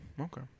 okay